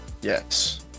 yes